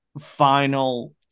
final